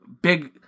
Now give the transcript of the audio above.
big